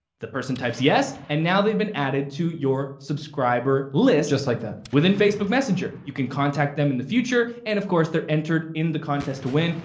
the person types yes. and they've been added to your subscriber list. just like that. within facebook messenger. you can contact them in the future. and of course, they're entered in the contest to win.